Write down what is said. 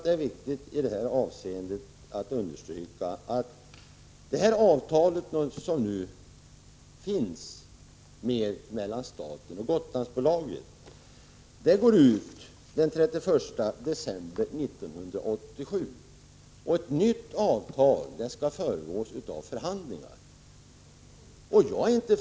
Det är viktigt att understryka att det avtal som nu finns mellan staten och Gotlandsbolaget går ut den 31 december 1987. Ett nytt avtal skall föregås av förhandlingar.